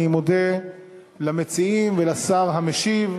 אני מודה למציעים ולשר המשיב.